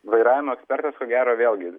vairavimo ekspertas ko gero vėlgi